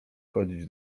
chodzić